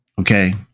Okay